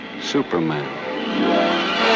Superman